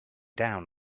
down